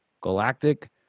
Galactic